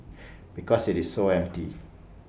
because IT is so empty